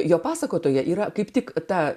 jo pasakotoja yra kaip tik tą